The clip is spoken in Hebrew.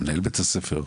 בית הספר?